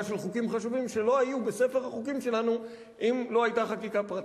של חוקים חשובים שלא היו בספר החוקים שלנו אם לא היתה חקיקה פרטית,